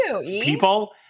people